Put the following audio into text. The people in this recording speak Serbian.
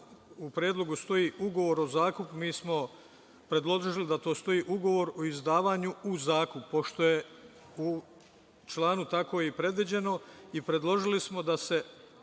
u predlogu stoji – ugovor o zakupu, a mi smo predložili da stoji – ugovor o izdavanju u zakup, pošto je u članu tako i predviđeno i predložili smo da se